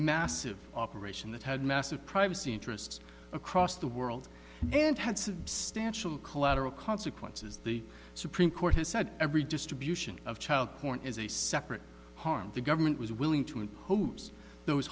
massive operation that had massive privacy interests across the world and had substantial collateral consequences the supreme court has said every distribution of child porn is a separate harm the government was willing to impose those